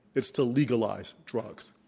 it's to legalize drugs.